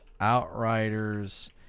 Outriders